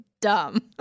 dumb